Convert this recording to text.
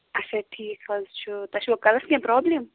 اَچھا ٹھیٖک حظ چھُ تۄہہِ چھُوا کلس کیٚنٛہہ پرٛابلِم